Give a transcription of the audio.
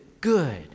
good